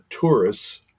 tourists